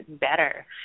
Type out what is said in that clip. better